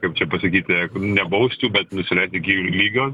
kaip čia pasakyti nebausti bet net iki jų lygio